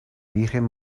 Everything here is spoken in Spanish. virgen